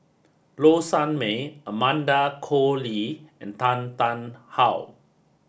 low Sanmay Amanda Koe Lee and Tan Tarn How